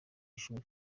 ishuri